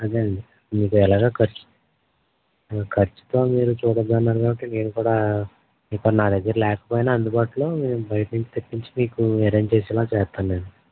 అదే అండి మీకు ఎలాగూ ఖర్చు ఖర్చుతో మీరు చూడొద్దన్నారు కాబట్టి నేను కూడా ఇప్పుడు నా దగ్గర లేకపోయినా అందుబాటులో నేను బయట నుంచి తెప్పించి మీకు అరేంజ్ చేసేలా చేస్తాలేండి